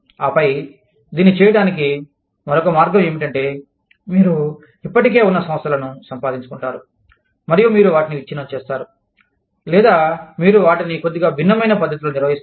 ఆపై దీన్ని చేయటానికి మరొక మార్గం ఏమిటంటే మీరు ఇప్పటికే ఉన్న సంస్థలను సంపాదించుకుంటారు మరియు మీరు వాటిని విచ్ఛిన్నం చేస్తారు లేదా మీరు వాటిని కొద్దిగా భిన్నమైన పద్ధతిలో నిర్వహిస్తారు